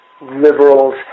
liberals